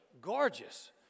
gorgeous